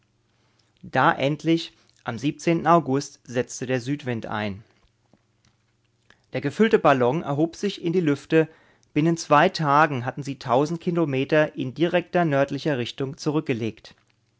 da endlich am august setzte der südwind ein der gefüllte ballon erhob sich in die lüfte binnen zwei tagen hatten sie tausend kilometer in direkt nördlicher richtung zurückgelegt